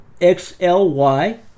XLY